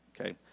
okay